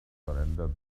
surrender